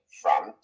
front